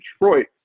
Detroit